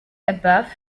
above